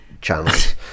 channels